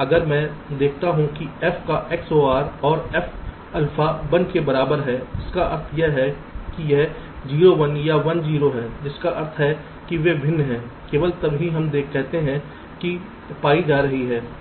अगर मैं देखता हूं कि f का XOR और f अल्फा 1 के बराबर है जिसका अर्थ है कि यह 0 1 या 1 0 है जिसका अर्थ है कि वे भिन्न हैं केवल तब ही हम कहते हैं कि पाई जा रही है